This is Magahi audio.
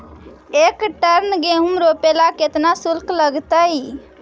एक टन गेहूं रोपेला केतना शुल्क लगतई?